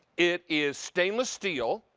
it is stainless steel.